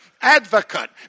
advocate